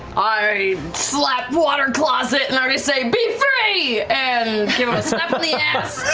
i slap water closet and i say be free! and give him a slap on the ass.